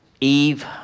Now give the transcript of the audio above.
Eve